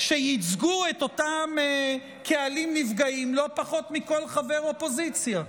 שייצגו את אותם קהלים נפגעים לא פחות מכל חבר אופוזיציה.